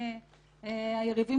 מחייב